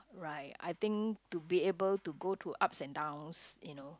right I think to be able to go to ups and downs you know